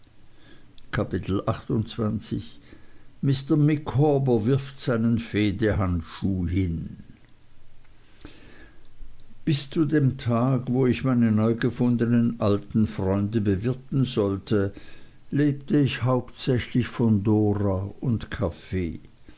kapitel mr micawber wirft seinen fehdehandschuh hin bis zu dem tag wo ich meine neuaufgefundnen alten freunde bewirten sollte lebte ich hauptsächlich von dora und kaffee